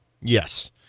Yes